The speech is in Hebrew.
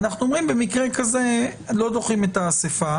ובמקרה כזה אנחנו אומרים שלא דוחים את האסיפה